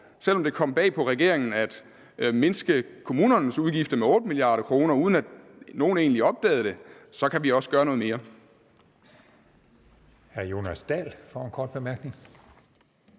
selv om det kom bag på regeringen, at mindske kommunernes udgifter med 8 mia. kr., uden at nogen egentlig opdagede det. Så kan vi også gøre noget mere. Kl. 15:40 Første næstformand